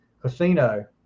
casino